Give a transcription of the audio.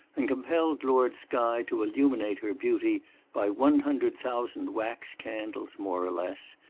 and compelled lord skye to illuminate her beauty by one hundred thousand wax candies, more or less,